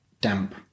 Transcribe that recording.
damp